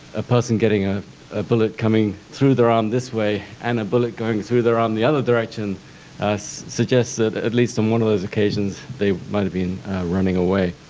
a person getting ah a bullet coming through their arm this way and a bullet going through their arm the other direction suggests that at least on one of those occasions they might've been running away.